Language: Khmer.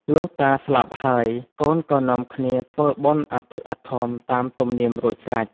លុះតាស្លាប់ហើយ កូនក៏នាំគ្នាធ្វើបុណ្យអធិកអធមតាមទំនៀមរួច ស្រេច។